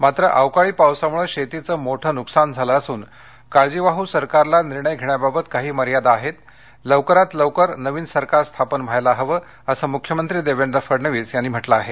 मात्र अवकाळी पावसामुळे शेतीचं मोठं नुकसान झालं असून काळजीवाह सरकारला निर्णय घेण्याबाबत काही मर्यादा असून लवकरात लवकर नवीन सरकार स्थापन व्हायला हवं असं मुख्यमंत्री देवेंद्र फडणवीस यांनी म्हटलं आहे